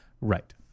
Right